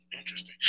Interesting